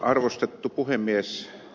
arvostettu puhemies